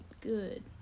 good